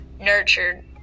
nurtured